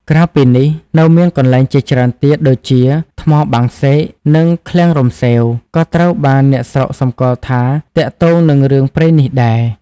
ក្រៅពីនេះ នៅមានកន្លែងជាច្រើនទៀតដូចជា ថ្មបាំងសេក និង ឃ្លាំងរំសេវ ក៏ត្រូវបានអ្នកស្រុកសម្គាល់ថាទាក់ទងនឹងរឿងព្រេងនេះដែរ។